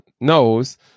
knows